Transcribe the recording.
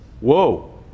whoa